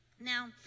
now